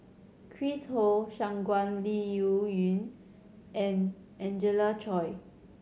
Chris Ho Shangguan Liuyun and Angelina Choy